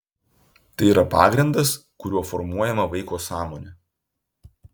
tai yra pagrindas kuriuo formuojama vaiko sąmonė